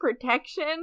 protection